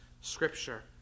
scripture